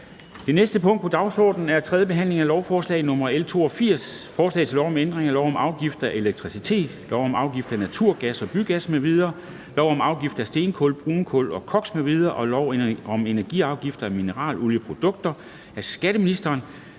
Det næste punkt på dagsordenen er: 4) 3. behandling af lovforslag nr. L 82: Forslag til lov om ændring af lov om afgift af elektricitet, lov om afgift af naturgas og bygas m.v., lov om afgift af stenkul, brunkul og koks m.v. og lov om energiafgift af mineralolieprodukter m.v. (Omlægning